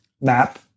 map